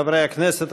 חברי הכנסת,